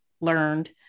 learned